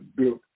built